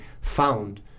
found